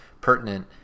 pertinent